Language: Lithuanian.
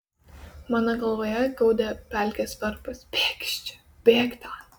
mano galvoje gaudė pelkės varpas bėk iš čia bėk ten